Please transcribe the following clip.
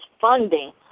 funding